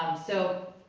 so